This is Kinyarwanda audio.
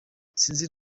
sinzi